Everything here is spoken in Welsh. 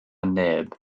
neb